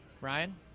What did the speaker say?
Ryan